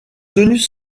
tenues